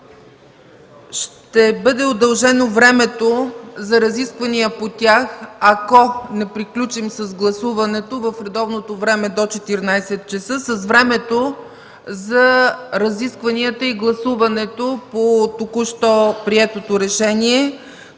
ще бъде удължено времето за разисквания по двете точки, ако не приключим с гласуването в редовното време до 14,00 часа, с времето за разискванията и гласуването по току-що приетото решение,